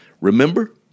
Remember